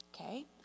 Okay